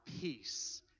peace